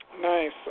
Nice